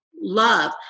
love